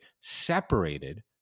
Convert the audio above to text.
separated